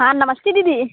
हाँ नमस्ते दीदी